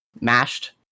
mashed